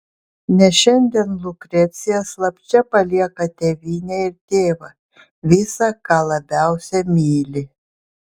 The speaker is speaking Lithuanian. nes šiandien lukrecija slapčia palieka tėvynę ir tėvą visa ką labiausiai myli